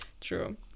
true